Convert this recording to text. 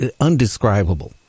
undescribable